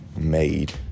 made